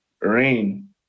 Rain